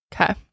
Okay